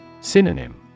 Synonym